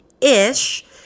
ish